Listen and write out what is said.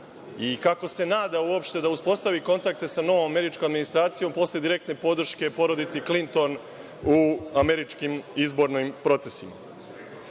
I kako se nada uopšte da uspostavi kontakte sa novom američkom administracijom posle direktne podrške porodici Klinton u američkim izbornim procesima? Drugo